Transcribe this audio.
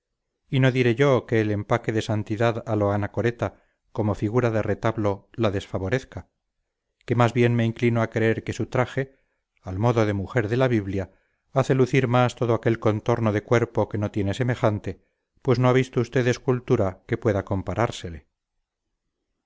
y no diré yo que el empaque de santidad a lo anacoreta como figura de retablo la desfavorezca que más bien me inclino a creer que su traje al modo de mujer de la biblia hace lucir más todo aquel contorno de cuerpo que no tiene semejante pues no ha visto usted escultura que pueda comparársele